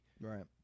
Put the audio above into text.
Right